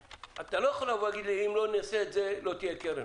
אתה לא יכול להגיד לי: אם לא נעשה את זה לא תהיה קרן.